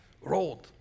road